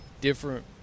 different